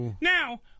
now